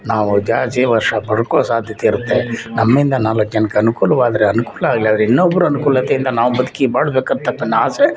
ನಾವು ಜಾಸ್ತಿ ವರ್ಷ ಪಡ್ಕೊಳ್ಳೋ ಸಾಧ್ಯತೆ ಇರುತ್ತೆ ನಮ್ಮಿಂದ ನಾಲ್ಕು ಜನಕ್ಕೆ ಅನುಕೂಲವಾದ್ರೆ ಅನುಕೂಲ ಆಗಿಲ್ಲ ಅಂದರೆ ಇನ್ನೊಬ್ರ ಅನುಕೂಲತೆಯಿಂದ ನಾವು ಬದುಕಿ ಬಾಳಬೇಕು ಅಂತಕ್ಕಥ ಆಸೆ